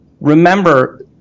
remember